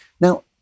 Now